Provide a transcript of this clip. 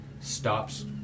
stops